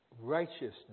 righteousness